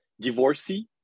divorcee